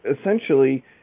essentially